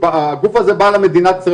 הגוף הזה בא למדינת ישראל,